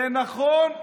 זה לא נכון.